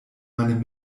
meine